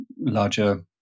larger